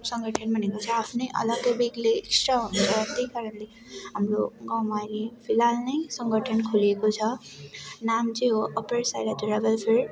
सङ्गठन भनेको चाहिँ आफ्नै अलग्गै बेग्लै एक्स्ट्रा हुन्छ त्यहीकारणले हाम्रो गाउँमा अहिले फिलहाल नै सङ्गठन खुलिएको छ नाम चाहिँ हो अप्पर साइरा धुरा वेलफेयर